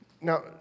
Now